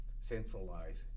centralized